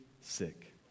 sick